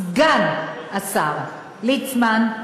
סגן השר ליצמן,